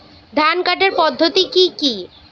ধান কাটার পদ্ধতি কি কি?